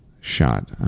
shot